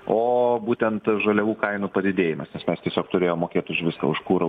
o būtent žaliavų kainų padidėjimas nes mes tiesiog turėjom mokėt už viską už kurą